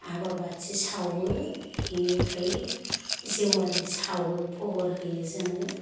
आगर बाथि सावो बिनिफ्राय जेवारि सावो पहर होयो जोङो